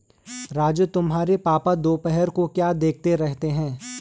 राजू तुम्हारे पापा दोपहर को क्या देखते रहते हैं?